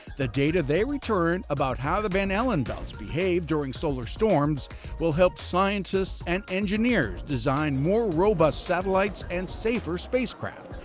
the data they return about how the van allen belts behave during solar storms will help scientists and engineers design more robust satellites and safer spacecraft,